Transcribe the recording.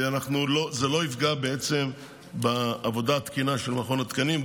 בעצם זה לא יפגע בעבודה התקינה של מכון התקנים,